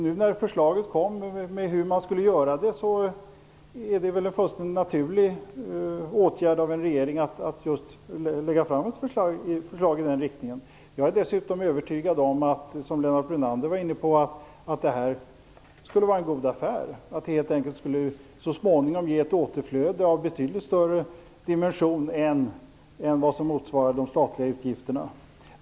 Nu när förslaget om hur man skulle göra det kom är det väl en fullständigt naturlig åtgärd av en regering att lägga fram ett förslag i den riktningen. Jag är dessutom övertygad om, som också Lennart Brunander var inne på, att detta skulle vara en god affär. Det skulle helt enkelt så småningom ge ett återflöde av betydligt större dimension än vad som motsvarar de statliga utgifterna.